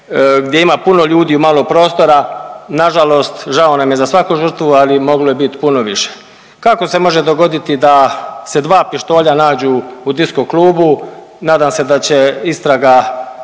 gdje ima puno ljudi u malo prostora, nažalost žao nam je za svaku žrtvu, ali moglo je biti puno više. Kako se može dogoditi da se dva pištolja nađu u diskoklubu, nadam se da će istraga